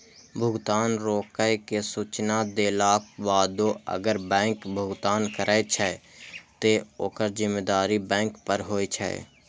भुगतान रोकै के सूचना देलाक बादो अगर बैंक भुगतान करै छै, ते ओकर जिम्मेदारी बैंक पर होइ छै